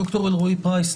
ד"ר אלרעי פרייס,